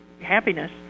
happiness